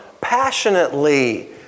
passionately